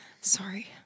Sorry